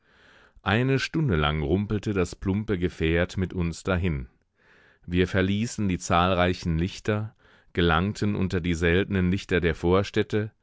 eine stunde lang rumpelte das plumpe gefährt mit uns dahin wir verließen die zahlreichen lichter gelangten unter die seltenen lichter der vorstädte